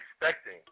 expecting